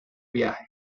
viaje